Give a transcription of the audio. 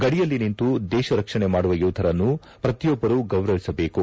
ಗಡಿಯಲ್ಲಿ ನಿಂತು ದೇಶ ರಕ್ಷಣೆ ಮಾಡುವ ಯೋಧರನ್ನು ಪ್ರತಿಯೊಬ್ಬರೂ ಗೌರವಿಸಬೇಕು